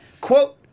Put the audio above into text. quote